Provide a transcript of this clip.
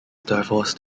divorced